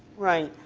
right,